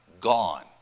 gone